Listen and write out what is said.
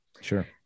Sure